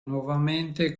nuovamente